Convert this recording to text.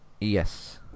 Yes